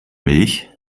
milch